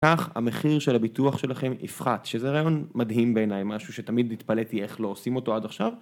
כך המחיר של הביטוח שלכם יפחת, שזה רעיון מדהים בעיניי, משהו שתמיד התפלאתי איך לא עושים אותו עד עכשיו,